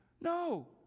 No